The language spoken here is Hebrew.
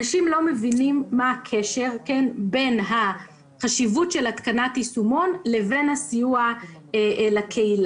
אנשים לא מבינים את הקשר בין התקנת היישומון לבין הסיוע לקהילה.